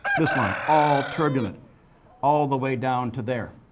this line. all turbulent all the way down to there.